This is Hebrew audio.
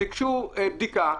ביקשו בדיקה,